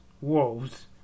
Wolves